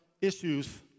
issues